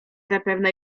zapewne